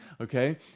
okay